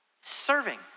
Serving